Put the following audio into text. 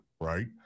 right